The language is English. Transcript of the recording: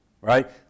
right